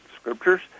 scriptures